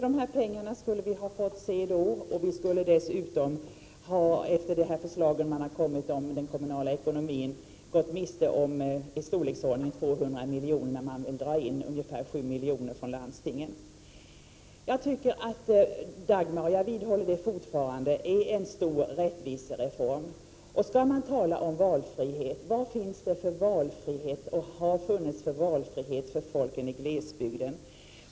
De här pengarna skulle vi inte ha fått se då. Vi skulle dessutom, efter förslaget om den kommunala ekonomin, ha gått miste om ungefär 200 miljoner. Man vill dra in ca 7 miljarder från landstingen. Jag tycker att Dagmar, det vidhåller jag fortfarande, är en stor rättvisereform. Skall man tala om valfrihet är frågan: Vad finns det för valfrihet, vad har det funnits för valfrihet för människorna i glesbygden?